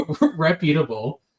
reputable